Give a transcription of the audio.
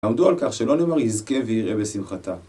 עמדו על כך שלא נאמר יזכה ויראה בשמחתה.